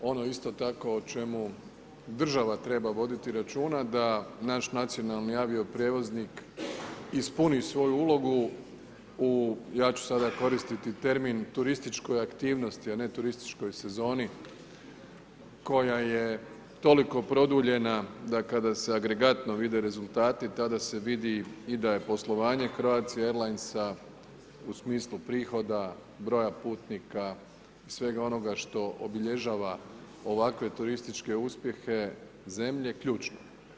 Ono isto tako o čemu država treba voditi računa da naš nacionalni avio-prijevoznik ispuni svoju ulogu u ja ću sada koristiti termin turističkoj aktivnosti a ne turističkoj sezoni koja je toliko produljena da kada se agregatno vide rezultati, tada se vidi i da je poslovanje Croatie Airlinesa u smislu prihoda broja putnika, svega onoga što obilježava ovakve turističke uspjehe zemlje, ključno.